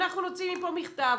אנחנו נוציא מפה מכתב.